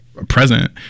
Present